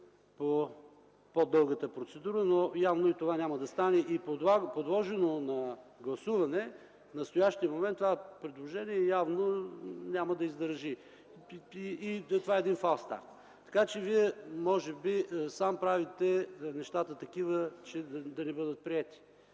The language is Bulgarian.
по-дългата процедура, но явно и това няма да стане. И при това, подложено на гласуване в настоящия момент, това предложение явно няма да издържи и това е един фалстарт. Така че може би Вие сам правите нещата такива, че да не бъдат приети